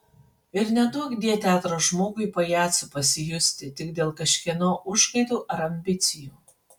ir neduokdie teatro žmogui pajacu pasijusti tik dėl kažkieno užgaidų ar ambicijų